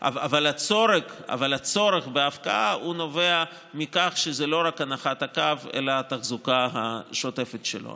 אבל הצורך בהפקעה נובע מכך שזאת לא רק הנחת הקו אלא התחזוקה השוטפת שלו.